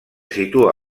situa